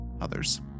others